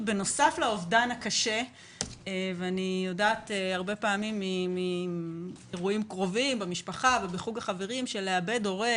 אני יודעת הרבה פעמים מאירועים קרובים במשפחה ובחוג החברים שלאבד הורה,